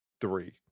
three